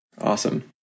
Awesome